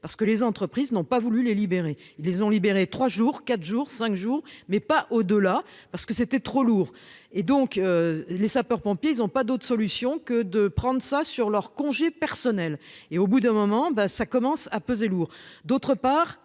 parce que les entreprises n'ont pas voulu les libérer. Ils les ont libéré trois jours, quatre jours, 5 jours mais pas au-delà parce que c'était trop lourd et donc. Les sapeurs-pompiers. Ils ont pas d'autre solution que de prendre ça sur leurs congés personnels et au bout d'un moment ben ça commence à peser lourd.